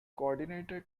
coordinated